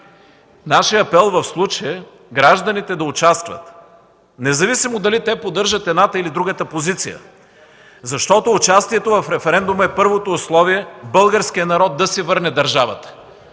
нашият апел в случая е гражданите да участват независимо дали те поддържат едната, или другата позиция. Защото участие в референдума е първото условие българският народ да си върне държавата.